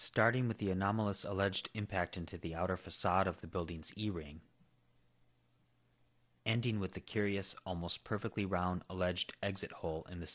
starting with the anomalous alleged impact into the outer facade of the buildings earing ending with the curious almost perfectly round alleged exit hole in the